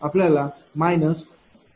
01115120